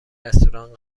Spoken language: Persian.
رستوران